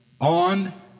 on